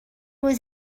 was